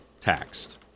taxed